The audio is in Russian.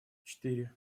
четыре